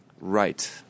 Right